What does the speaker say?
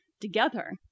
together